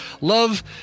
Love